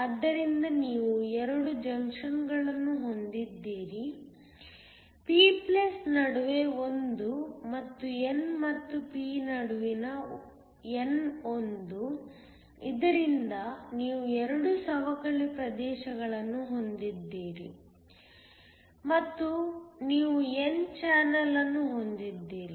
ಆದ್ದರಿಂದ ನೀವು 2 ಜಂಕ್ಷನ್ಗಳನ್ನು ಹೊಂದಿದ್ದೀರಿ p ನಡುವೆ ಒಂದು ಮತ್ತು n ಮತ್ತು p ನಡುವಿನ n ಒಂದು ಇದರಿಂದ ನೀವು 2 ಸವಕಳಿ ಪ್ರದೇಶಗಳನ್ನು ಹೊಂದಿದ್ದೀರಿ ಮತ್ತು ನೀವು n ಚಾನಲ್ ಅನ್ನು ಹೊಂದಿದ್ದೀರಿ